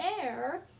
air